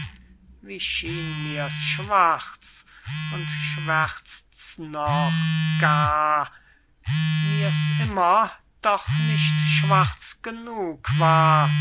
wie schien mir's schwarz und schwärzt's noch gar mir's immer doch nicht schwarz g'nug war